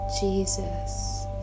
Jesus